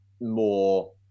more